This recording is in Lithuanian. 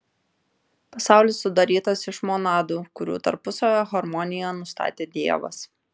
pasaulis sudarytas iš monadų kurių tarpusavio harmoniją nustatė dievas